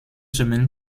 semaines